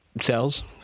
cells